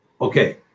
Okay